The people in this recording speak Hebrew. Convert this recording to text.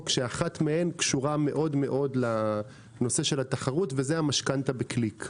שאחת מהן קשורה מאוד-מאוד לנושא של התחרות וזה המשכנתא בקליק.